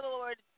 Lord